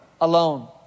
alone